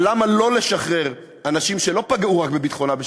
למה לא לשחרר אנשים שלא רק פגעו בביטחונה של